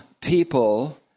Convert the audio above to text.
people